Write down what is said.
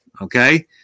Okay